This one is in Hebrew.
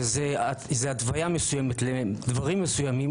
שזאת התוויה מסוימת לדברים מסוימים,